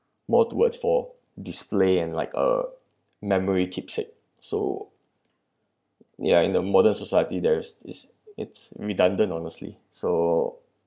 more towards for display in like a memory keepsake so yeah in the modern society there's is it's redundant honestly so